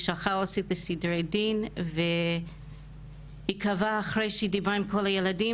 היא שלחה עו"סית לסדרי דין והיא קבעה אחרי שדיברה עם כל הילדים,